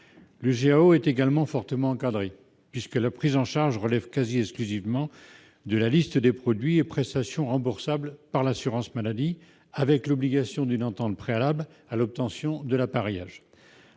Il est également fortement encadré, puisque la prise en charge relève quasi exclusivement de la liste des produits et prestations remboursables par l'assurance maladie, avec l'obligation d'une entente préalable à l'obtention de l'appareillage.